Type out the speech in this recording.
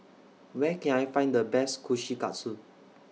Where Can I Find The Best Kushikatsu